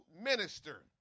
minister